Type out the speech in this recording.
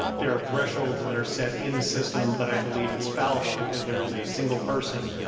there are thresholds that are set in the system, but i believe it's fallible, because there is a single person,